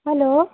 hello